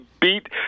beat